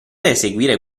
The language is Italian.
eseguire